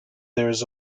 theirs